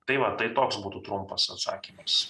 tai va tai toks būtų trumpas atsakymas